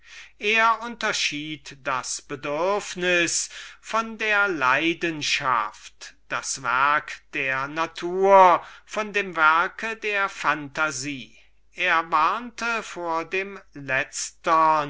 er unterschied das bedürfnis von der leidenschaft das werk der natur von dem werk der phantasie er warnte vor dem letztern